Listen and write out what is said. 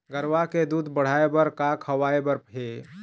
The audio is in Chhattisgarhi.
गरवा के दूध बढ़ाये बर का खवाए बर हे?